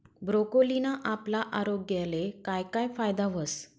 ब्रोकोलीना आपला आरोग्यले काय काय फायदा व्हस